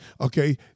okay